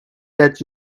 that